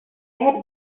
had